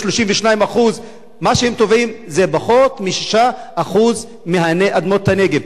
32%. מה שהם תובעים זה פחות מ-6% מאדמות הנגב,